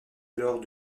alors